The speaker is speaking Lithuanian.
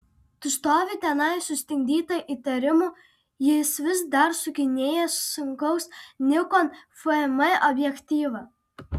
tu stovi tenai sustingdyta įtarimų jis vis dar sukinėja sunkaus nikon fm objektyvą